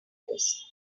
this